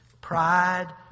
Pride